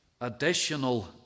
Additional